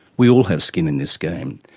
we all have skin in this game,